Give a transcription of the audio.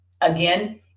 again